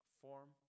form